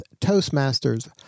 Toastmasters